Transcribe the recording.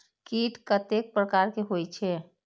कीट कतेक प्रकार के होई छै?